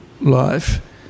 life